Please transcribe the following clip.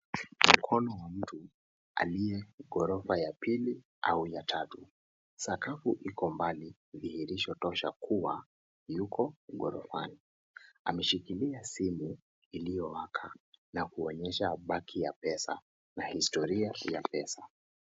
Mkono wa mtu alie ghorofa ya pili au ya tatu. Sakafu iko mbali dhihirisho tosha kua yuko ghorofani ameshikilia simu ilio waka na kuonyesha baki ya pesa na historia ya pesa.